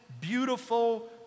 beautiful